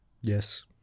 Yes